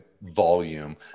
volume